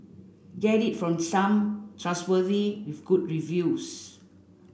get it from someone trustworthy with good reviews